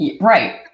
right